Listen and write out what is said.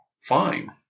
fine